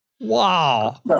Wow